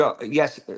Yes